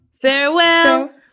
farewell